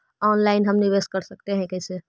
Online हम निवेश कर सकते है, कैसे?